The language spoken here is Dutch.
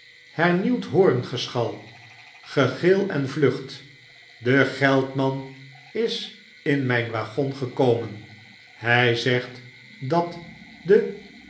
hernieuwd hoorngeschal gegil en vlucht de geldman is in mjjn waggon gekomen hjj zegt dat de